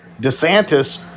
DeSantis